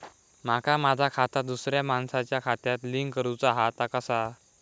माका माझा खाता दुसऱ्या मानसाच्या खात्याक लिंक करूचा हा ता कसा?